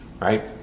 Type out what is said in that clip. right